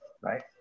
right